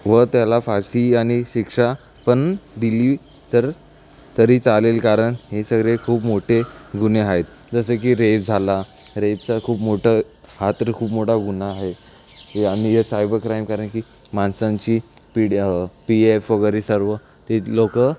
व त्याला फाशी आणि शिक्षा पण दिली तर तरी चालेल कारण हे सगळे खूप मोठे गुन्हे आहेत जसं की रेप झाला रेपचं खूप मोठं हा तरी खूप मोठा गुन्हा आहे आणि ए सायबर क्राईम कारण की माणसांची पिड्या पी एफ वगैरे सर्व तेच लोकं